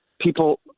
people